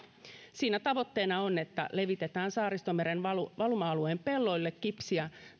siinä tavoitteena on että levitetään saaristomeren valuma valuma alueen pelloille kipsiä